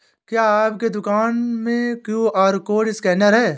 क्या आपके दुकान में क्यू.आर कोड स्कैनर है?